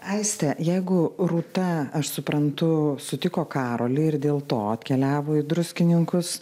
aiste jeigu rūta aš suprantu sutiko karolį ir dėl to atkeliavo į druskininkus